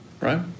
right